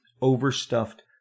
Overstuffed